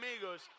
amigos